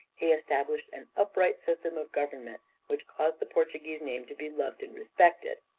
he established an upright system of government which caused the portuguese name to be loved and respected.